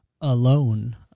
alone